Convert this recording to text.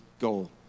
goal